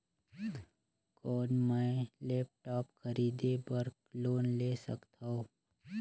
कौन मैं लेपटॉप खरीदे बर लोन ले सकथव?